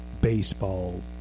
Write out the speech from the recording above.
baseball